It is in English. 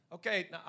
Okay